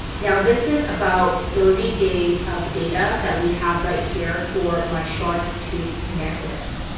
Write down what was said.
now this is about thirty days of data that we have right here for my shark tooth necklace.